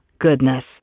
goodness